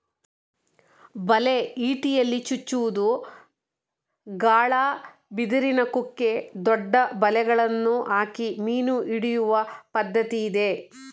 ಬಲೆ, ಇಟಿಯಲ್ಲಿ ಚುಚ್ಚುವುದು, ಗಾಳ, ಬಿದಿರಿನ ಕುಕ್ಕೆ, ದೊಡ್ಡ ಬಲೆಗಳನ್ನು ಹಾಕಿ ಮೀನು ಹಿಡಿಯುವ ಪದ್ಧತಿ ಇದೆ